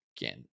Again